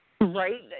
Right